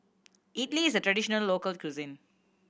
idili is a traditional local cuisine